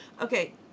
Okay